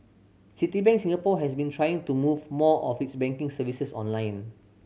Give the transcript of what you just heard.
Citibank Singapore has been trying to move more of its banking services online